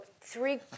three